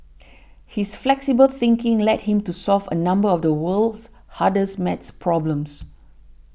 his flexible thinking led him to solve a number of the world's hardest math problems